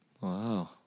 Wow